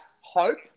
hope